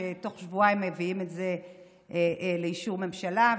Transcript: שתוך שבועיים מביאים את זה לאישור הממשלה,